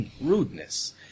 rudeness